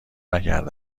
نکرده